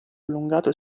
allungato